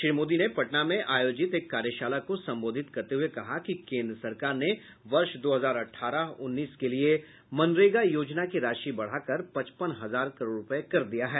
श्री मोदी ने पटना में आयोजित एक कार्यशाला को संबोधित करते हुए कहा कि केन्द्र सरकार ने वर्ष दो हजार अठारह उन्नीस के लिए मनरेगा योजना की राशि बढाकर पचपन हजार करोड़ रूपये कर दिया है